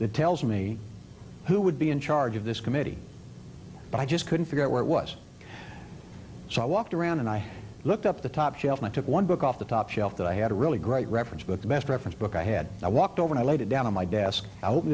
that tells me who would be in charge of this committee but i just couldn't figure out where it was so i walked around and i looked up the top shelf and i took one book off the top shelf that i had a really great reference book the best reference book i had i walked over i laid it down on my desk